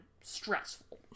stressful